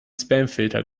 spamfilter